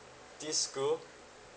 this school